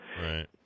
Right